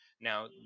Now